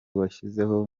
washyizeho